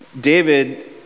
David